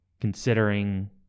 considering